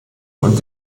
und